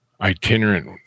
itinerant